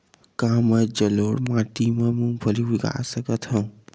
का मैं जलोढ़ माटी म मूंगफली उगा सकत हंव?